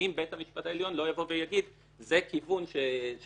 האם בית המשפט העליון לא יבוא ויגיד שזה כיוון של